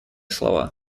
слова